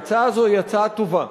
ההצעה הזאת היא הצעה טובה,